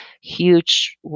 huge